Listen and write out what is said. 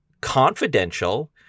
confidential